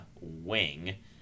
Wing